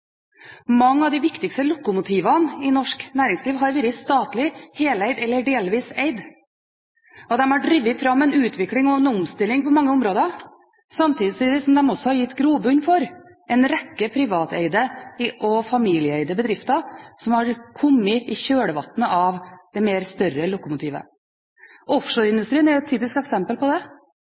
Mange av de viktigste lokomotivene i norsk næringsliv har vært statlig, heleid eller delvis eid. De har drevet fram en utvikling og en omstilling på mange områder samtidig som de også har gitt grobunn for en rekke privateide og familieeide bedrifter, som har kommet i kjølvannet av de større lokomotivene. Offshoreindustrien er et typisk eksempel på det,